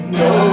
no